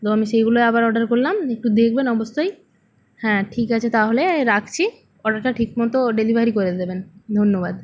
তো আমি সেগুলোই আবার অর্ডার করলাম একটু দেখবেন অবশ্যই হ্যাঁ ঠিক আছে তাহলে রাখছি অর্ডারটা ঠিকমতো ডেলিভারি করে দেবেন ধন্যবাদ